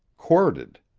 courted.